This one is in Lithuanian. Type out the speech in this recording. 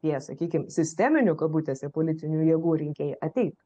tie sakykim sisteminių kabutėse politinių jėgų rinkėjai ateitų